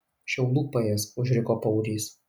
šiaudų paėsk užriko paurys